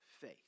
faith